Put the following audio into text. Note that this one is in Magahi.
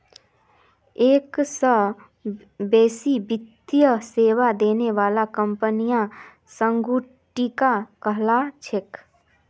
एक स बेसी वित्तीय सेवा देने बाला कंपनियां संगुटिका कहला छेक